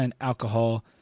alcohol